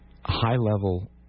high-level